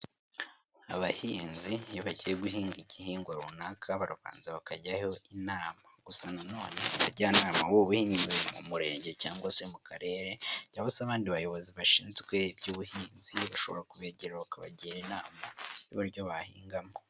Abahinzi iyo bajyiye guhinga igihingwa runaka barabanza bakajyaho inama, gusa nanone abajyanama b'ubuhinzi m murenge cyangwa se mukarere bashobora kubejyera bakabagira inama y'uburyo bahingamo.